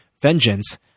vengeance